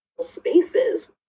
spaces